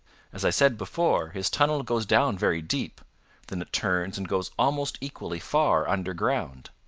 as i said before, his tunnel goes down very deep then it turns and goes almost equally far underground.